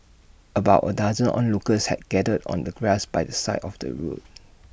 about A dozen onlookers had gathered on the grass by the side of the road